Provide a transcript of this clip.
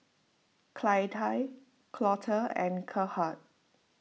Clytie Colter and Gerhard